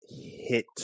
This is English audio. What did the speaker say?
hit